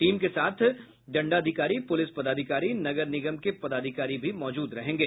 team के साथ दंडाधिकारी पुलिस पदाधिकारी नगर निगम के पदाधिकारी भी मौजूद रहेंगे